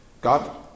God